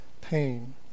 pain